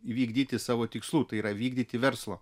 įvykdyti savo tikslų tai yra vykdyti verslo